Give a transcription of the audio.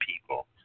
people